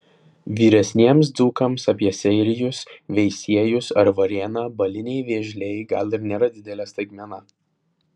vyresniems dzūkams apie seirijus veisiejus ar varėną baliniai vėžliai gal ir nėra didelė staigmena